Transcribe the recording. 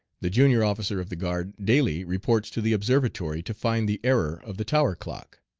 the junior officer of the guard daily reports to the observatory to find the error of the tower clock.